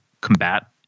combat